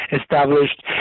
established